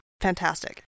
fantastic